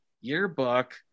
yearbook